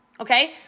okay